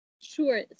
Sure